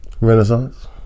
Renaissance